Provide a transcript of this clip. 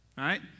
Right